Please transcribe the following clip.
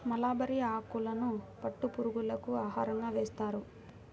mulberry ఆకులను పట్టు పురుగులకు ఆహారంగా వేస్తారు